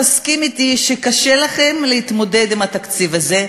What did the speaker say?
תסכים אתי שקשה לכם להתמודד עם התקציב הזה.